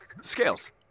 Scales